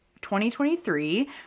2023